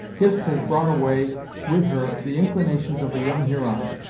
hist has brought away with her the inclinations of a young huron,